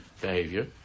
behavior